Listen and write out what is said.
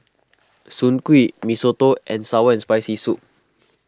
Soon Kuih Mee Soto and Sour and Spicy Soup